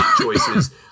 choices